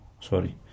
sorry